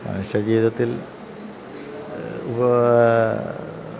മനുഷ്യജീവിതത്തിൽ